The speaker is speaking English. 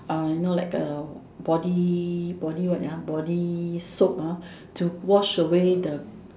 uh you know like a body body what ah body soap to wash away the